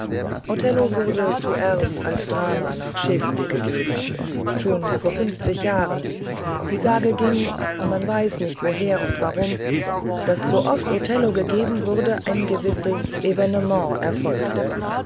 othello wurde zuerst als drama nach shakespeare gegeben schon vor fünfzig jahren die sage ging man weiß nicht woher und warum daß so oft othello gegeben wurde ein gewisses evenement erfolgte